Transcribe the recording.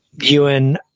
UN